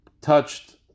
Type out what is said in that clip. touched